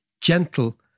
gentle